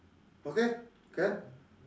okay can